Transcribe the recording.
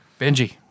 Benji